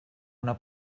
una